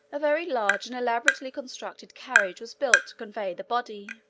a very large and elaborately constructed carriage was built to convey the body.